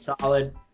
solid